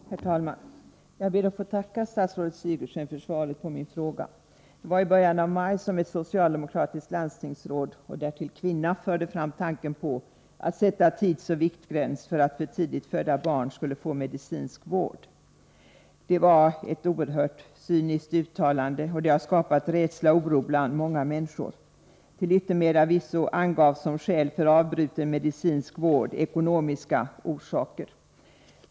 Herr talman! Jag ber att få tacka statsrådet Sigurdsen för svaret på min fråga. I början av maj förde ett socialdemokratiskt landstingsråd och därtill kvinna fram tanken på att sätta tidsoch viktgräns för att för tidigt födda barn skulle få medicinsk vård. Det var ett oerhört cyniskt uttalande, och det har skapat rädsla och oro bland många människor. Till yttermera visso angavs som skäl för avbruten medicinsk vård ekonomiska förhållanden.